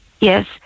Yes